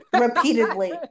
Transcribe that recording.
repeatedly